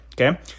okay